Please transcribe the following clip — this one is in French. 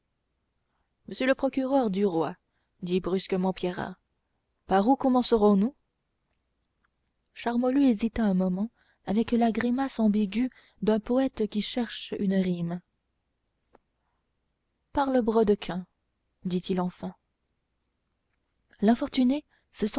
monsieur le procureur du roi dit brusquement pierrat par où